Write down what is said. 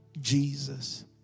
Jesus